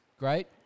great